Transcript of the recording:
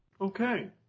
Okay